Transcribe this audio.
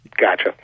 Gotcha